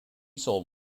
sold